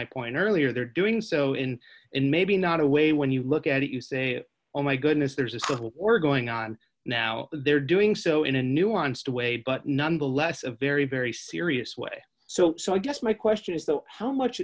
my point earlier they're doing so in and maybe not a way when you look at it you say oh my goodness there's a civil war going on now they're doing so in a nuanced way but nonetheless a very very serious way so i guess my question is though how much